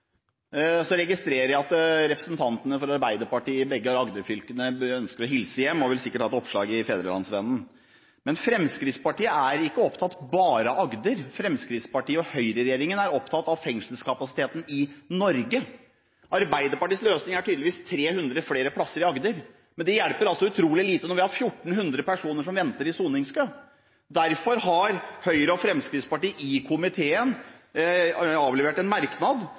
registrerer jeg at representantene for Arbeiderpartiet i begge Agder-fylkene ønsker å hilse hjem og sikkert vil ha et oppslag i Fædrelandsvennen. Men Fremskrittspartiet er ikke opptatt bare av Agder. Høyre–Fremskrittsparti-regjeringen er opptatt av fengselskapasiteten i Norge. Arbeiderpartiets løsning er tydeligvis 300 flere plasser i Agder, men det hjelper altså utrolig lite når vi har 1 400 personer som venter i soningskø. Derfor har Høyre og Fremskrittspartiet i komiteen avlevert en merknad